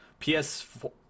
PS4